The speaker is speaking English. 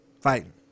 Fighting